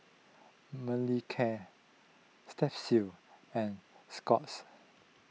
Manicare Strepsils and Scott's